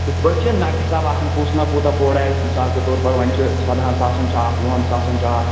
ہُتھٕ پٲٹھۍ چھُ نگہٕ حِساب آسان کُس نگ کوٗتاہ بوٚڈ آسہِ مِثال کے طور پر وۅنۍ چھِ سداہن ساسن چھُ اَکھ وُہَن ساسَن چھُ اَکھ